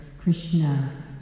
Krishna